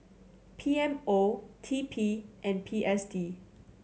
P M O T P and P S D